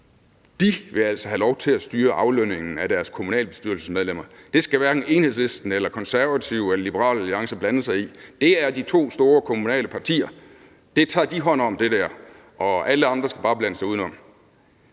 de altså vil have lov til at styre aflønningen af deres kommunalbestyrelsesmedlemmer. Det skal hverken Enhedslisten eller Konservative eller Liberal Alliance blande sig i, for det der tager de to store kommunale partier hånd om, og alle andre skal bare blande sig udenom.